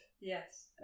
Yes